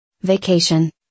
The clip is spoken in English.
Vacation